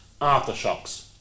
Aftershocks